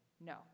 no